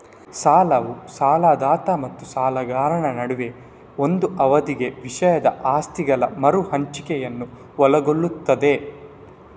ಸಾಲವು ಸಾಲದಾತ ಮತ್ತು ಸಾಲಗಾರನ ನಡುವೆ ಒಂದು ಅವಧಿಗೆ ವಿಷಯದ ಆಸ್ತಿಗಳ ಮರು ಹಂಚಿಕೆಯನ್ನು ಒಳಗೊಳ್ಳುತ್ತದೆ